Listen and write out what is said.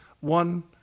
One